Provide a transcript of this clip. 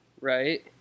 Right